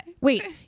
Wait